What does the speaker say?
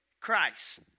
Christ